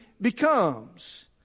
becomes